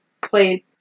played